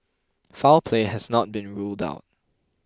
foul play has not been ruled out